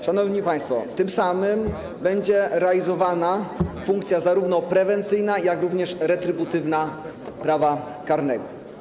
Szanowni państwo, tym samym będzie realizowana funkcja zarówno prewencyjna, jak i retrybutywna prawa karnego.